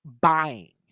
buying